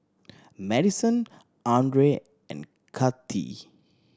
Maddison Andrae and Kathi